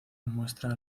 muestra